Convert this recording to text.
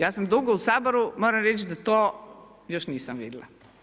Ja sam dugo u Saboru, moram reć da to još nisam vidjela.